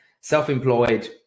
self-employed